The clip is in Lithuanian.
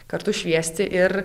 kartu šviesti ir